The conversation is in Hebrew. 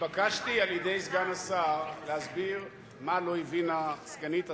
התבקשתי על-ידי סגן השר להסביר מה לא הבינה סגנית השר.